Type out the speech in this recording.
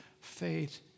faith